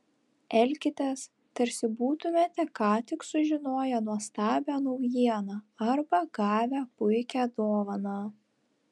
elkitės tarsi būtumėte ką tik sužinoję nuostabią naujieną arba gavę puikią dovaną